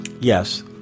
Yes